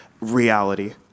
reality